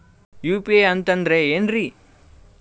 UPI ಅಂತಂದ್ರೆ ಏನ್ರೀ?